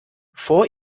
vor